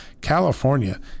California